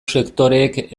sektoreek